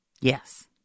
Yes